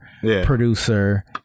producer